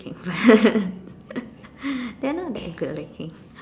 okay but they are not that good looking